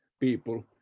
people